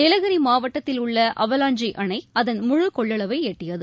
நீலகிரி மாவட்டத்தில் உள்ள அவவாஞ்சி அணை அதன் முழுகொள்ளளவை எட்டியது